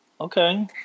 Okay